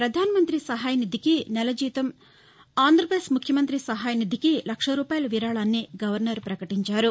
ప్రధాన మంత్రి సహాయ నిధికి నెలజీతం ఆంధ్రపదేశ్ ముఖ్యమంత్రి సహాయ నిధికి లక్ష రూపాయిల విరాళాన్ని గవర్నర్ పకటించారు